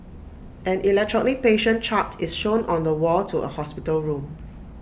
an electronic patient chart is shown on the wall to A hospital room